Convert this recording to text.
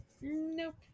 Nope